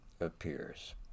appears